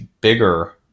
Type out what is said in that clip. bigger